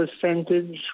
percentage